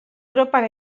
europan